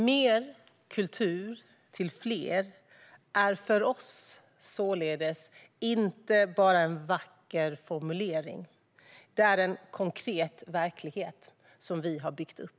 Mer kultur till fler är för oss således inte bara en vacker formulering; det är en konkret verklighet som vi har byggt upp.